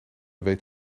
weet